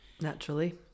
Naturally